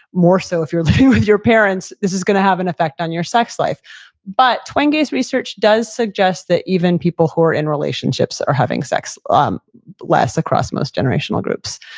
more so if your your parents, this is going to have an effect on your sex life but twenge's research does suggest that even people who are in relationships are having sex um less across most generational groups.